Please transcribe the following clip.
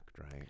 right